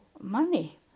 money